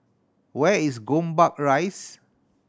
where is Gombak Rise